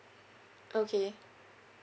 okay